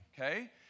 okay